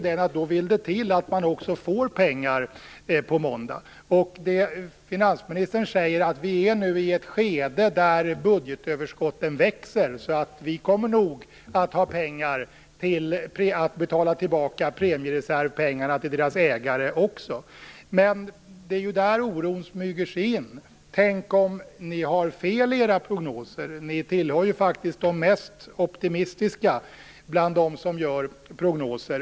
Då vill det till att man också får pengar på måndag. Finansministern säger att vi nu är i ett skede då budgetöverskotten växer och att vi nog kommer att ha pengar för att betala tillbaka premiereservpengarna till deras ägare. Men det är ju där oron smyger sig in. Tänk om ni har fel i era prognoser. Ni tillhör faktiskt de mest optimistiska bland dem som gör prognoser.